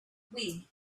wii